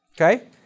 Okay